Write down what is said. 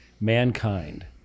mankind